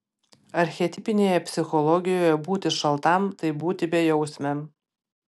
archetipinėje psichologijoje būti šaltam tai būti bejausmiam